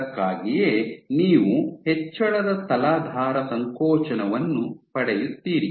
ಅದಕ್ಕಾಗಿಯೇ ನೀವು ಹೆಚ್ಚಳದ ತಲಾಧಾರ ಸಂಕೋಚನವನ್ನು ಪಡೆಯುತ್ತೀರಿ